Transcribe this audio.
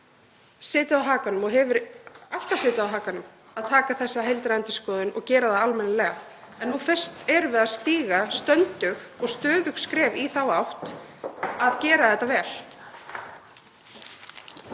setið á hakanum og hefur alltaf setið á hakanum að taka þessa heildarendurskoðun og gera það almennilega. En nú fyrst erum við að stíga stöndug og stöðug skref í þá átt að gera þetta vel.